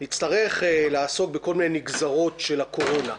נצטרך לעסוק בכל מיני נגזרות של הקורונה.